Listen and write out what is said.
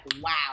wow